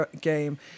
game